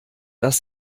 das